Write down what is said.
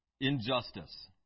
injustice